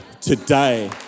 today